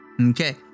Okay